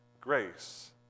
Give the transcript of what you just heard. grace